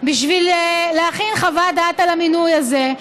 בשביל להכין חוות דעת על המינוי הזה,